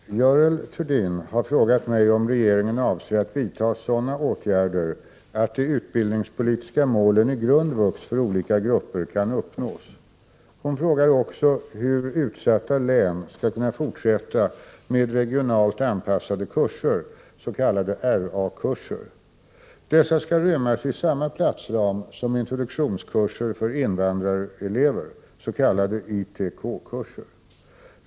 Herr talman! Görel Thurdin har frågat mig om regeringen avser att vidta sådana åtgärder att de utbildningspolitiska målen i grundvux för olika grupper kan uppnås. Hon frågar också hur utsatta län skall kunna fortsätta med regionalt anpassade kurser . Dessa skall rymmas i samma platsram som introduktionskurser för invandrarelever .